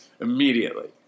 immediately